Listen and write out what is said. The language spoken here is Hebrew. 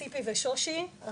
ציפי ושושי,